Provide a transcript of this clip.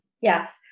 Yes